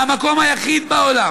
והמקום היחיד בעולם